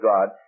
God